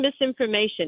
misinformation